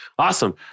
Awesome